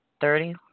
thirty